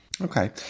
Okay